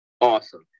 awesome